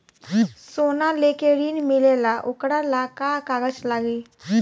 सोना लेके ऋण मिलेला वोकरा ला का कागज लागी?